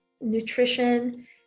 nutrition